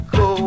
go